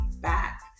back